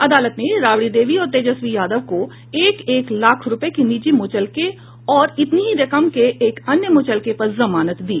अदालत ने राबड़ी देवी और तेजस्वी यादव को एक एक लाख रुपए के निजी मुचलके और इतनी ही रकम के एक अन्य मुचलके पर जमानत दी